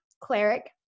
cleric